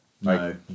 No